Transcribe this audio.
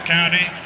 County